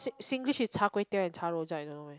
singlish is char-kway-teow and char rojak you don't know meh